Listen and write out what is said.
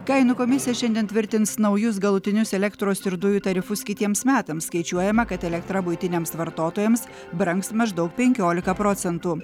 kainų komisija šiandien tvirtins naujus galutinius elektros ir dujų tarifus kitiems metams skaičiuojama kad elektra buitiniams vartotojams brangs maždaug penkiolika procentų